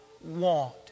want